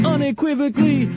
Unequivocally